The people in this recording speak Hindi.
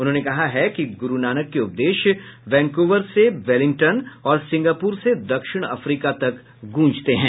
उन्होंने कहा है कि गुरु नानक के उपदेश वैंकूवर से वेलिंगटन और सिंगापुर से दक्षिण अफ्रीका तक गूंजते हैं